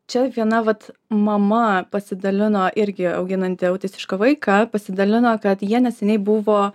čia viena vat mama pasidalino irgi auginanti autistišką vaiką pasidalino kad jie neseniai buvo